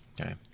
Okay